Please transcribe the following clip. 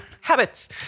habits